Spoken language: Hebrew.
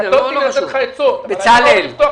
קטונתי מלתת לך עצות אבל יכולת לפתוח